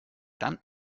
dann